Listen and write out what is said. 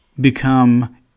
become